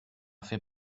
fait